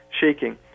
shaking